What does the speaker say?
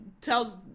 tells